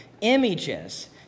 images